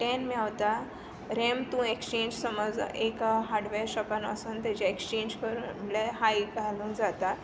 ten मेळता RAM तूं exchange समज एका हार्डवॅर शॉपान वचून ताजें एक्सचेंज म्हणल्यार हाय घालूं जाता